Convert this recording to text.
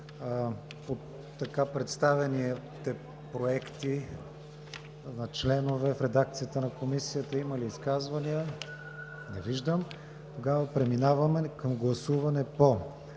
По така представените проекти на членове в редакцията на Комисията има ли изказвания? Не виждам. Преминаваме към гласуване по